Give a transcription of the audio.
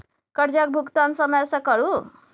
करजाक भूगतान समय सँ करु